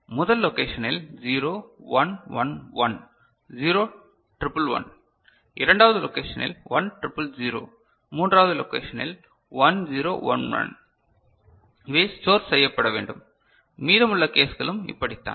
எனவே முதல் லொக்கேஷனில் 0 1 1 1 0 டிரிபிள் 1 இரண்டாவது லொக்கேஷனில் 1 டிரிபிள் 0 மூன்றாவது லொக்கேஷனில் 1 0 1 1 இவை ஸ்டோர் செய்யப்பட வேண்டும் மீதமுள்ள கேஸ்களும் இப்படித்தான்